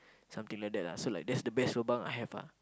something like that lah so that's the best lobang I have lah